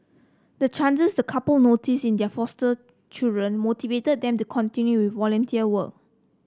the changes the couple noticed in their foster children motivated them to continue volunteer work